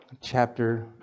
chapter